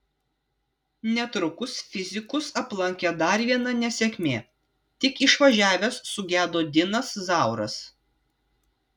netrukus fizikus aplankė dar viena nesėkmė tik išvažiavęs sugedo dinas zauras